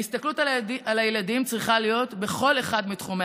ההסתכלות על הילדים צריכה להיות בכל אחד מתחומי